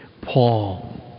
Paul